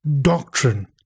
doctrine